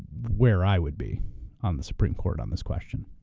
where i would be on the supreme court on this question.